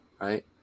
right